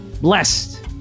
Blessed